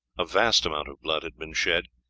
a vast amount of blood had been shed,